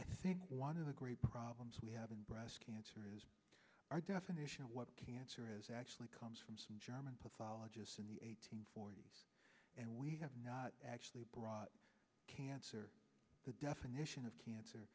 i think one of the great problems we have in breast cancer is our definition of what cancer is actually comes from some german pathologists in the eighteen forty and we have not actually brought cancer the definition of cancer